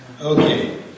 Okay